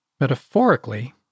Metaphorically